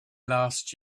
last